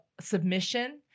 submission